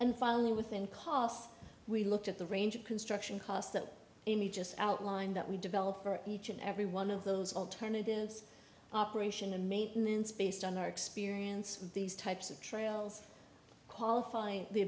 and finally within cost we looked at the range of construction costs them in the just outline that we developed for each and every one of those alternatives operation and maintenance based on our experience with these types of trails qualify the